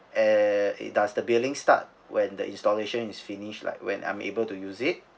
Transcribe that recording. uh does the billing start when the installation is finished like when I'm able to use it